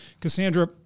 Cassandra